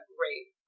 great